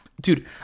Dude